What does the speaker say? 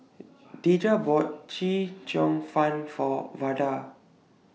Deja bought Chee Cheong Fun For Vada